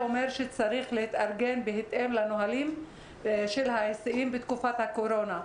יהיה צריך להתארגן בהתאם לנהלים של ההסעות בתקופת הקורונה,